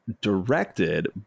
directed